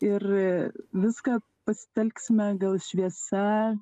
ir viską pasitelksime gal šviesa